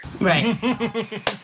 Right